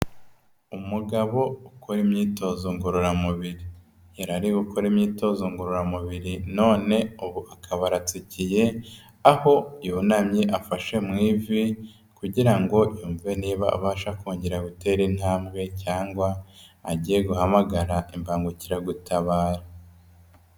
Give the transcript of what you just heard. Umugabo ukora imyitozo ngororamubiri, yari ari gukora imyitozo ngororamubiri none ubu akaba aratsikiye, aho yunamye afashe mu ivi kugira ngo yumve niba abasha kongera gutera intambwe cyangwa agiye guhamagara imbangukiragutabara.